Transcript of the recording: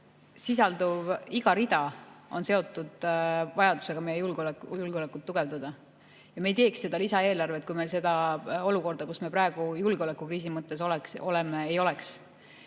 sisalduv iga rida on seotud vajadusega meie julgeolekut tugevdada. Ja me ei teeks seda lisaeelarvet, kui meil seda olukorda, kus me praegu julgeolekukriisi mõttes oleme, ei oleks.